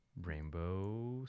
rainbow